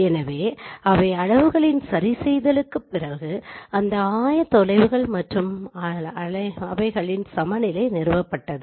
எனவே அவை அளவுகளின் சரிசெய்தலுக்குப் பிறகு அந்த ஆயத்தொலைவுகள் மற்றும் அவைகளின் சமநிலை நிறுவப்பட்டது